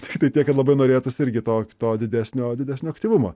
tiktai tiek kad labai norėtųsi irgi to to didesnio didesnio aktyvumo